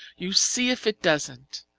you see if it doesn't.